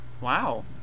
Wow